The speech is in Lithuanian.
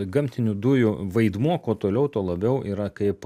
gamtinių dujų vaidmuo kuo toliau tuo labiau yra kaip